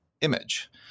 image